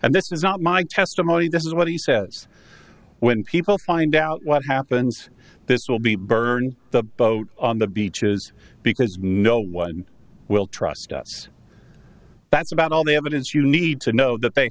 is not my testimony this is what he says when people find out what happens this will be burning the boat on the beaches because no one will trust us that's about all the evidence you need to know that they